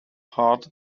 heart